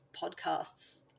podcasts